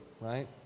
right